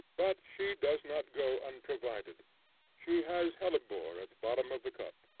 but she does not go unprovided she has hellebore at the bottom of the cup.